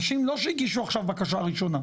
לא אנשים שהגישו עכשיו בקשה ראשונה,